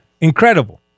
Incredible